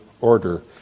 order